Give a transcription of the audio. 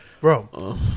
Bro